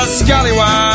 scallywag